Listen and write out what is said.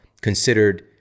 considered